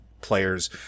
players